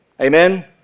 amen